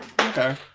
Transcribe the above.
Okay